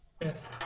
Yes